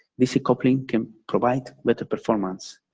dc coupling can provide better performance,